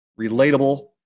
relatable